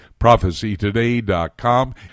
prophecytoday.com